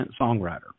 songwriter